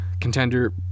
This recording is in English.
Contender